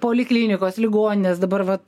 poliklinikos ligoninės dabar vat